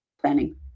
planning